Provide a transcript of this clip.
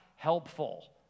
Helpful